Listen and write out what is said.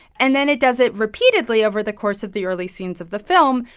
and then it does it repeatedly over the course of the early scenes of the film,